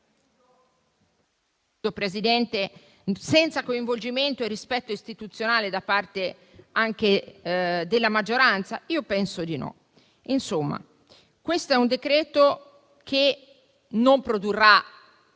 Commissione, senza coinvolgimento e rispetto istituzionale da parte della maggioranza? Io penso di no. Insomma, questo decreto-legge non produrrà